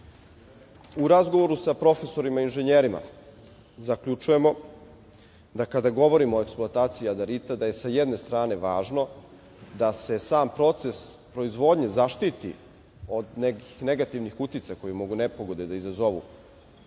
U razgovorima sa profesorima, inženjerima zaključujemo da kada govorimo o eksploataciji jadarita da je sa jedne strane važno da se sam proces proizvodnje zaštiti od nekih negativnih uticaja koji mogu nepogode da izazovu